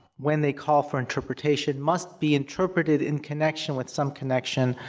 when they call for interpretation, must be interpreted in connection with some connection,